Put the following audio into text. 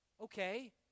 Okay